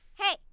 Hey